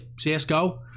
CSGO